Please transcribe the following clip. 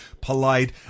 polite